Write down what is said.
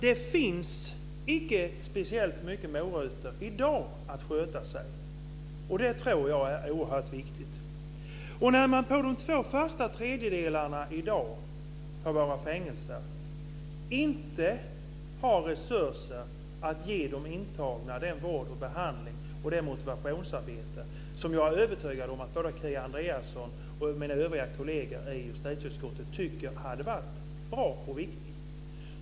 Det finns icke speciellt många morötter i dag för att sköta sig. Det tror jag är oerhört viktigt. Under de första två tredjedelarna av straffet har man i dag på våra fängelser inte resurser att ge de intagna den vård, den behandling och det motivationsarbete som jag är övertygad om att Kia Andreasson och mina kolleger i justitieutskottet tycker hade varit bra och riktigt.